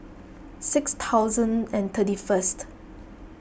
six thousand and thirty first